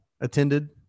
attended